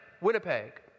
Winnipeg